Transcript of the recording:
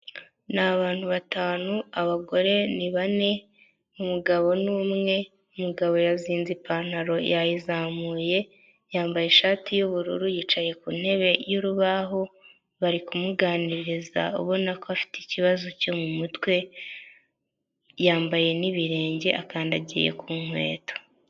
Ni abantu batanu, abagore ni bane, umugabo ni umwe, umugabo yazinze ipantaro yayizamuye, yambaye ishati y'ubururu, yicaye ku ntebe y'urubaho, bari kumuganiriza ubona ko afite ikibazo cyo mu mutwe, yambaye n'ibirenge, akandagiye ku nkweto.